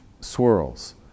swirls